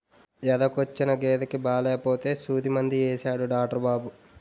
ఎదకొచ్చిన గేదెకి బాలేపోతే సూదిమందు యేసాడు డాట్రు బాబు